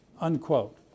unquote